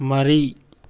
ꯃꯔꯤ